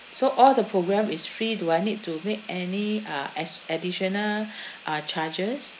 so all the program is free do I need to make any uh as additional uh charges